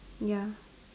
ya